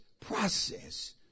process